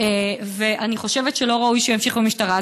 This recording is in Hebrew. ואני חושבת שלא ראוי שימשיך במשטרה.